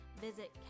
visit